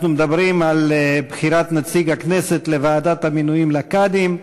אנחנו מדברים על בחירת נציג הכנסת לוועדת המינויים לקאדים.